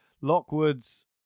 Lockwood's